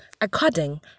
according